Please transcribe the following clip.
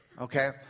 okay